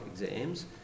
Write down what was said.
exams